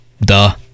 Duh